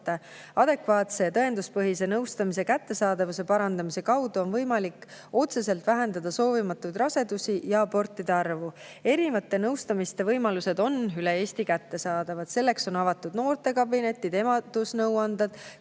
Adekvaatse ja tõenduspõhise nõustamise kättesaadavuse parandamise kaudu on võimalik otseselt vähendada soovimatuid rasedusi ja abortide arvu. Erinevate nõustamiste võimalused on üle Eesti kättesaadavad. Selleks on avatud noortekabinetid, emadusnõuandlad,